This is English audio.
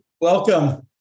welcome